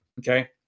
okay